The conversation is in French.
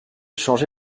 changé